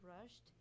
rushed